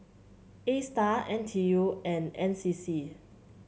A Star N T U and N C C